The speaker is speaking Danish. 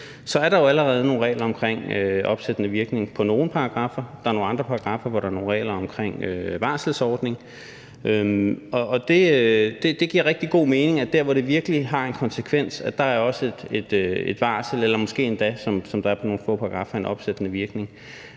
er der jo allerede nogle regler omkring opsættende virkning i nogle paragraffer, og der er nogle andre paragraffer, hvor der er nogle regler omkring varselsordning. Og det giver rigtig god mening, at dér, hvor det virkelig har en konsekvens, er der også et varsel eller måske endda, som der er i nogle få paragraffer, en opsættende virkning.